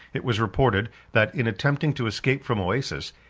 it was reported, that, in attempting to escape from oasis,